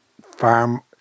farm